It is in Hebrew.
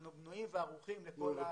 אנחנו בנויים וערוכים לזה.